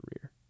career